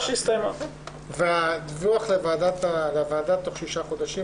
על בית"ר ירושלים,